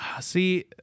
See